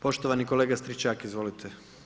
Poštovani kolega Stričak, izvolite.